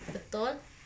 betul